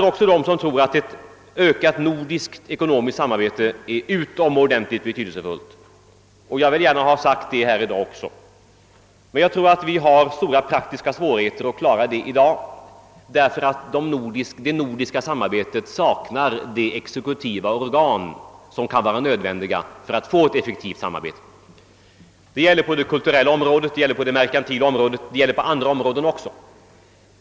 Jag tillhör dem som tror att ett ökat nordiskt ekonomiskt samarbete är utomordentligt betydelsefullt, och jag vill gärna ha det sagt här i dag också, men jag tror att vi har stora praktiska svårigheter att klara denna uppgift, ty det nordiska samarbetet saknar de exekutiva organ som kan vara nödvändiga för ett effektivt samarbete. Det gäller på det kulturella området, på det merkantila området och på andra områden.